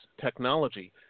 technology